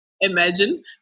imagine